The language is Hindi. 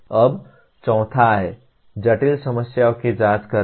अब चौथा है जटिल समस्याओं की जांच करना